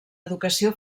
educació